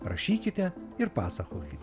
rašykite ir pasakokit